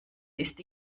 ist